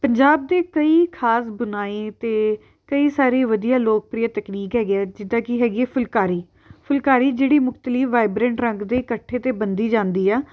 ਪੰਜਾਬ ਦੇ ਕਈ ਖ਼ਾਸ ਬੁਣਾਈ ਅਤੇ ਕਈ ਸਾਰੇ ਵਧੀਆ ਲੋਕਪ੍ਰਿਯ ਤਕਨੀਕ ਹੈਗੇ ਆ ਜਿੱਦਾਂ ਕਿ ਹੈਗੀ ਆ ਫੁਲਕਾਰੀ ਫੁਲਕਾਰੀ ਜਿਹੜੀ ਵਾਈਬ੍ਰੈਂਟ ਰੰਗ ਦੇ ਕੱਠੇ 'ਤੇ ਬੰਧੀ ਜਾਂਦੀ ਆ